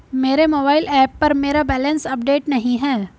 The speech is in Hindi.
मेरे मोबाइल ऐप पर मेरा बैलेंस अपडेट नहीं है